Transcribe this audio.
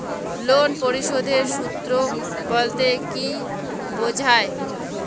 Loan পরিশোধের সূএ বলতে কি বোঝায়?